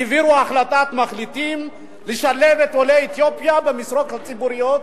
העבירו החלטת מחליטים לשלב את עולי אתיופיה במשרות הציבוריות,